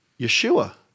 Yeshua